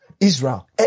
Israel